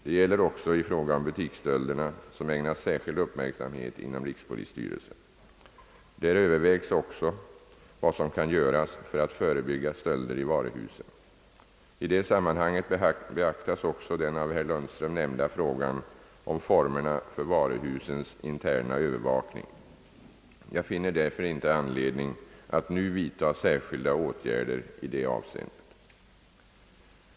Detta gäller även i fråga om butiksstölderna, som ägnas särskild uppmärksamhet inom rikspolisstyrelsen. Där övervägs också vad som kan göras för att förebygga stölder i varuhusen. I detta sammanhang beaktas även den av herr Lundström nämnda frågan om formerna för varuhusens interna Övervakning. Jag finner därför inte anledning att nu vidta särskilda åtgärder i detta avseende.